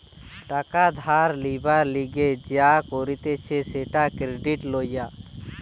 টাকা ধার লিবার লিগে যা করতিছে সেটা ক্রেডিট লওয়া